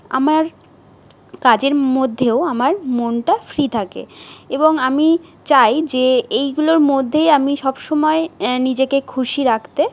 আমার কাজের মধ্যেও আমার মনটা ফ্রি থাকে এবং আমি চাই যে এইগুলোর মধ্যেই আমি সবসময় নিজেকে খুশি রাখতে